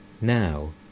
Now